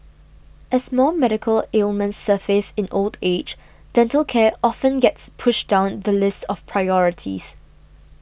as more medical ailments surface in old age dental care often gets pushed down the list of priorities